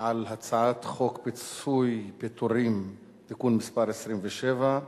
על הצעת חוק פיצויי פיטורים (תיקון מס' 27)